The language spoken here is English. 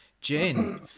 Jane